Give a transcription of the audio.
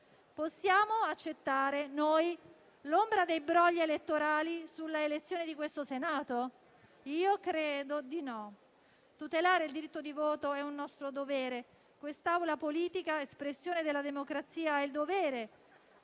possiamo accettare noi l'ombra dei brogli elettorali sull'elezione di questo Senato? Io credo di no. Tutelare il diritto di voto è un nostro dovere. Questa Assemblea politica, espressione della democrazia, ha il dovere